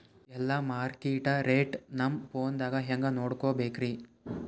ಎಲ್ಲಾ market rate ನಮ್ ಫೋನದಾಗ ಹೆಂಗ ನೋಡಕೋಬೇಕ್ರಿ?